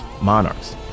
monarchs